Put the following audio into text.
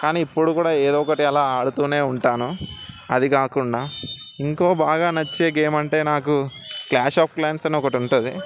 కానీ ఇప్పుడు కూడా ఏదో ఒకటి అలా ఆడుతునే ఉంటాను అది కాకుండా ఇంకో బాగా నచ్చే గేమ్ అంటే నాకు క్లాష్ ఆఫ్ కాయిన్స్ అని ఒకటి ఉంటుంది